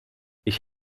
ich